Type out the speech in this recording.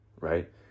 right